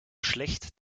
schlecht